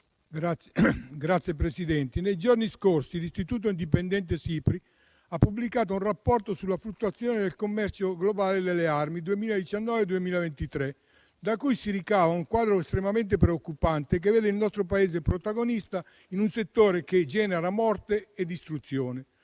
Signor Presidente, nei giorni scorsi l'istituto indipendente SIPRI ha pubblicato un rapporto sulle fluttuazioni nel commercio globale delle armi dal 2019 al 2023, da cui si ricava un quadro estremamente preoccupante che vede il nostro Paese protagonista in un settore che genera morte e distruzione.